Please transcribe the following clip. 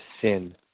sin